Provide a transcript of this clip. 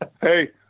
Hey